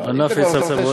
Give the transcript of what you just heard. זה "ענף עץ אבות".